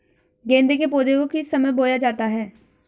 गेंदे के पौधे को किस समय बोया जाता है?